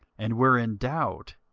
and were in doubt,